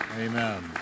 Amen